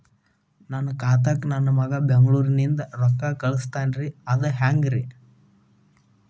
ನನ್ನ ಖಾತಾಕ್ಕ ನನ್ನ ಮಗಾ ಬೆಂಗಳೂರನಿಂದ ರೊಕ್ಕ ಕಳಸ್ತಾನ್ರಿ ಅದ ಹೆಂಗ್ರಿ?